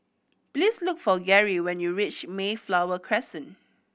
please look for Garey when you reach Mayflower Crescent